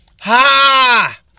Ha